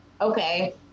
okay